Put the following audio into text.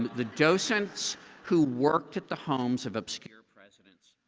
the docents who worked at the homes of obscure presidents.